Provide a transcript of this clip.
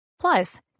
Plus